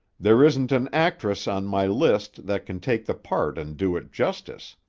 there isn't an actress on my list that can take the part and do it justice.